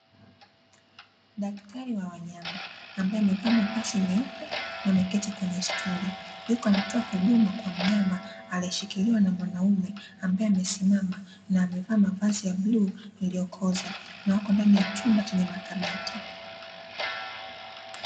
Daktari wa wanyama ambaye amevaa mavazi meupe na ameketi kwenye stuli, yuko anatoa huduma kwa mnyama aliyeshikiliwa na mwanaume ambaye amesimama na amevaa mavazi ya bluu iliyokoza na wako ndani ya chumba chenye makabati.